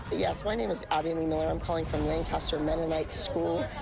yes, my name is abby lee miller. i'm calling from lancaster mennonite school,